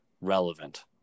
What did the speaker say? relevant